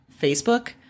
Facebook